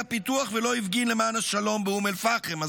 פיתוח ולא הפגין למען השלום באום אל פחם,